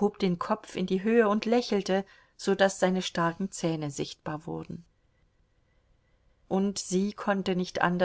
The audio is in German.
hob den kopf in die höhe und lächelte so daß seine starken zähne sichtbar wurden und sie konnte nicht anders